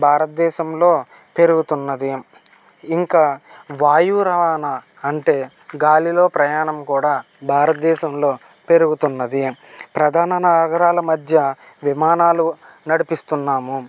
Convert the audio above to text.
భారతదేశంలో పెరుగుతున్నది ఇంకా వాయువు రవాణా అంటే గాలిలో ప్రయాణం కూడా భారతదేశంలో పెరుగుతున్నది ప్రధాన నగరాల మధ్య విమానాలు నడిపిస్తున్నాము